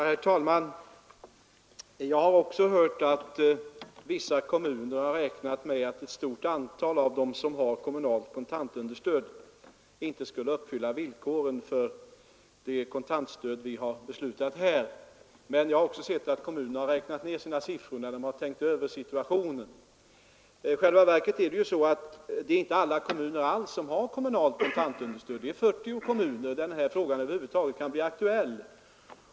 Herr talman! Jag har också hört att ett stort antal av de kommuner, som för närvarande ger ut kommunalt kontantunderstöd, räknar med att inte uppfylla villkoren för det kontantstöd vi beslutat om. Men jag har också sett att kommunerna räknat ner sina siffror när de tänkt över situationen. I själva verket ger inte alla kommuner kommunalt kontantunderstöd. Det är 40 kommuner, där denna fråga över huvud taget kan bli aktuell.